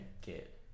get